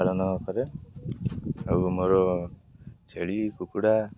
ପାଳନ କରେ ଆଉ ମୋର ଛେଳି କୁକୁଡ଼ା